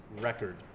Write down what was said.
record